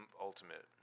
ultimate